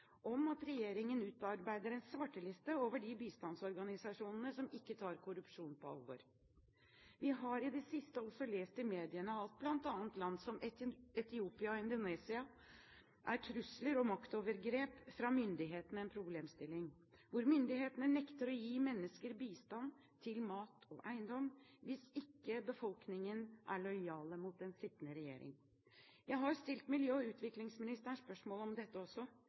om at regjeringen utarbeider en svarteliste over de bistandsorganisasjonene som ikke tar korrupsjon på alvor. Vi har i det siste også lest i mediene at i bl.a. land som Etiopia og Indonesia er trusler og maktovergrep fra myndighetene en problemstilling, hvor myndighetene nekter å gi mennesker bistand til mat og eiendom hvis ikke befolkningen er lojal mot den sittende regjering. Jeg har stilt miljø- og utviklingsministeren spørsmål om dette også,